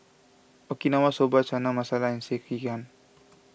Okinawa Soba Chana Masala and Sekihan